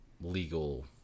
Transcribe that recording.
legal